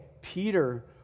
Peter